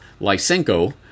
Lysenko